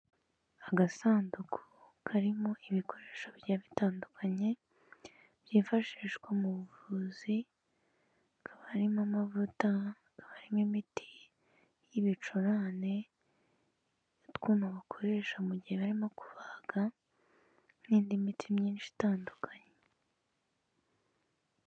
Agasanduku karimo ibikoresho bigiye bitandukanye byifashishwa mu buvuzi, hakaba harimo amavuta, hakaba harimo imiti y'ibicurane, utwuma bakoresha mu gihe barimo kubaga n'indi miti myinshi itandukanye.